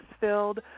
filled